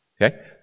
Okay